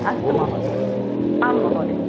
अस्तु महोदय आं महोदय